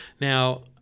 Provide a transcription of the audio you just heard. Now